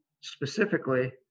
specifically